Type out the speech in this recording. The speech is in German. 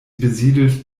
besiedelt